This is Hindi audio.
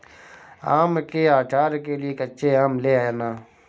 आम के आचार के लिए कच्चे आम ले आना